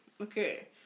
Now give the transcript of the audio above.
Okay